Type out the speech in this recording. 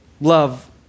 love